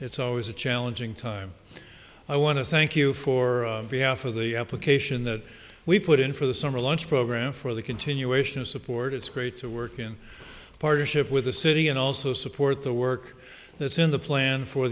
it's always a challenging time i want to thank you for the half of the application that we put in for the summer lunch program for the continuation of support it's great to work in partnership with the city and also support the work that's in the plan for